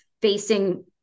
facing